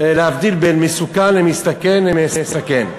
להבדיל בין מסוכן למסתכן למסכן.